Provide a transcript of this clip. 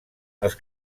els